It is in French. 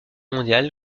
mondiale